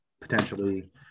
potentially